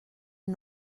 que